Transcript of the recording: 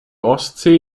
ostsee